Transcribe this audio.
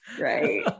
Right